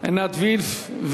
עינת וילף,